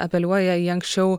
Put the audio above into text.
apeliuoja į anksčiau